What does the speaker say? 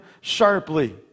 sharply